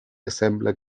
assembler